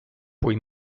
puoi